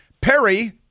Perry